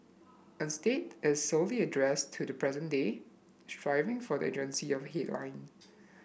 instead is squarely addressed to the present day striving for the urgency of headline